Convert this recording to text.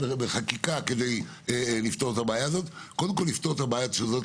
כי קודם כול צריך לפתור את הבעיה הזאת,